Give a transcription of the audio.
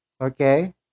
okay